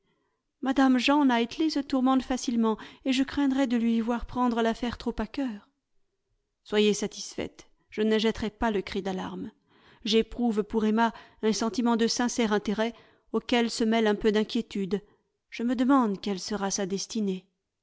mme jean knightley se tourmente facilement et je craindrais de lui voir prendre l'affaire trop à cœur soyez satisfaite je ne jetterai pas le cri d'alarme j'éprouve pour emma un sentiment de sincère intérêt auquel se mêle un peu d'inquiétude je me demande quelle sera sa destinée